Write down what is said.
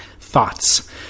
thoughts